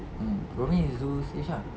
mm rumi is zul age ah